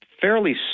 fairly